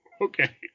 Okay